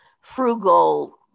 frugal